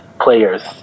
players